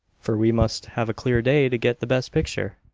for we must have a clear day to get the best picture.